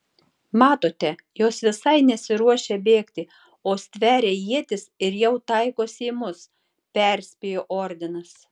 matote jos visai nesiruošia bėgti o stveria ietis ir jau taikosi į mus perspėjo ordinas